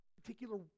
particular